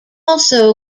also